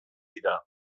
dira